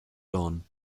lawn